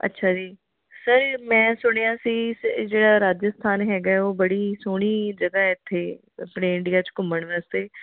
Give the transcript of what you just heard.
ਅੱਛਾ ਜੀ ਸਰ ਮੈਂ ਸੁਣਿਆ ਸੀ ਜਿਹੜਾ ਰਾਜਸਥਾਨ ਹੈਗਾ ਉਹ ਬੜੀ ਸੋਹਣੀ ਜਗ੍ਹਾ ਇੱਥੇ ਆਪਣੇ ਇੰਡੀਆ 'ਚ ਘੁੰਮਣ ਵਾਸਤੇ